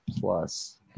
Plus